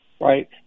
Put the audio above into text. Right